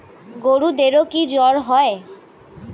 গরুদেরও কি জ্বর হয়?